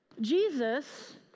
Jesus